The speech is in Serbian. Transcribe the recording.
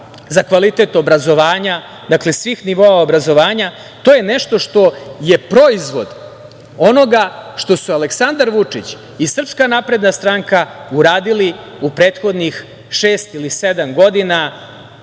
za kvalitet obrazovanja, dakle svih nivoa obrazovanja. To je nešto što je proizvod onoga što su Aleksandar Vučić i SNS uradili u prethodnih šest ili sedam godina,